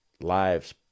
lives